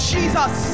Jesus